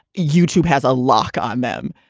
youtube has a lock on them.